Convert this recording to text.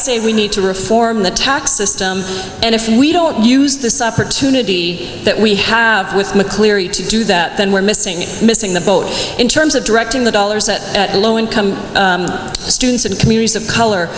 say we need to reform the tax system and if we don't use this opportunity that we have with mccleary to do that then we're missing missing the boat in terms of directing the dollars at low income students and communities of color